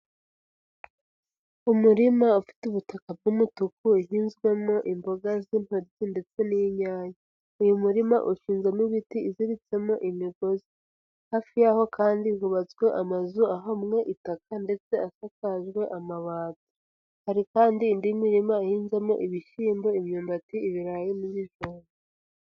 Umurima ufite ubutaka bw'umutuku, uhinzwemo imboga z'inpaki ndetse n'inyanya. Uyu murima ucuza n'ibiti iziritsemo imigozi, hafi y'aho kandi hubatswe amazu ahomwe itaka, ndetse asakajwe amabati, Hari kandi indi mirima ihinzamo ibishyimbo, imyumbati, ibirayi, mutongo.